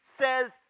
says